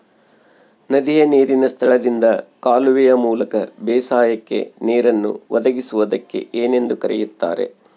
ನದಿಯ ನೇರಿನ ಸ್ಥಳದಿಂದ ಕಾಲುವೆಯ ಮೂಲಕ ಬೇಸಾಯಕ್ಕೆ ನೇರನ್ನು ಒದಗಿಸುವುದಕ್ಕೆ ಏನೆಂದು ಕರೆಯುತ್ತಾರೆ?